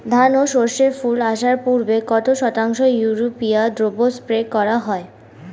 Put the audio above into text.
ধান ও সর্ষে ফুল আসার পূর্বে কত শতাংশ ইউরিয়া দ্রবণ স্প্রে করা হয়?